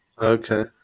Okay